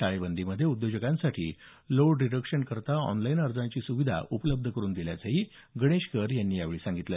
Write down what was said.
टाळेबंदीमध्ये उद्योजकांसाठी लोड रिडक्शनसाठी ऑनलाईन अर्जाची सुविधा उपलब्ध करून दिल्याचंही गणेशकर यांनी यावेळी सांगितलं